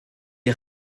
est